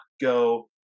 go